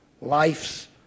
life's